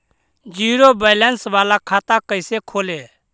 Zero balance बाला खाता कैसे खोले?